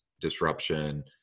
disruption